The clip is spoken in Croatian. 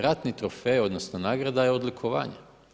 Ratni trofej odnosno nagrada je odlikovanje.